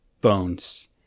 bones